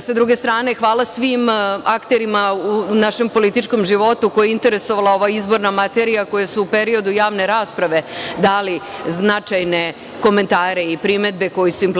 Sa druge strane, hvala svim akterima u našem političkom životu koje je interesovala ova izborna materija, koje su u periodu javne rasprave dali značajne komentare i primedbe koje su implementirani